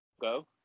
go